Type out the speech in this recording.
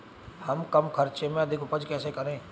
हम कम खर्च में अधिक उपज कैसे करें?